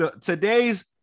Today's